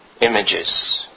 images